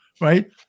right